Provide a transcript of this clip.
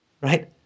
Right